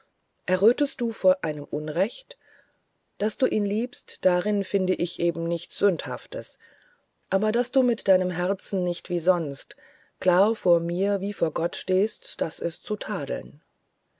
errötest du vor einem unrecht daß du ihn liebst darin finde ich eben nichts sündhaftes aber daß du mit deinem herzen nicht wie sonst klar vor mir wie vor gott stehst das ist zu tadeln